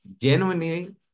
genuinely